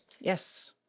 Yes